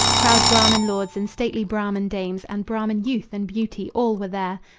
proud brahman lords and stately brahman dames and brahman youth and beauty, all were there,